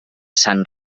sant